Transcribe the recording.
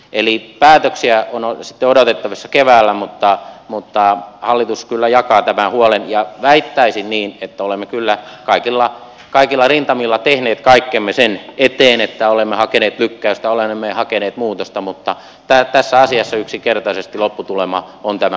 eli päätöksiä on sitten odotettavissa keväällä mutta hallitus kyllä jakaa tämän huolen ja väittäisin niin että olemme kyllä kaikilla rintamilla tehneet kaikkemme sen eteen että olemme hakeneet lykkäystä olemme hakeneet muutosta mutta tässä asiassa yksinkertaisesti lopputulema on tämä